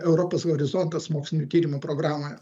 europos horizontas mokslinių tyrimų programoje